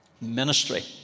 ministry